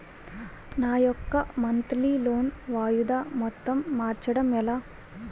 నా యెక్క monthly loan వాయిదా మొత్తం మార్చడం ఎలా?